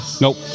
Nope